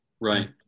Right